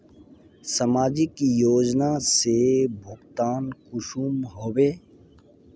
समाजिक योजना से भुगतान कुंसम होबे?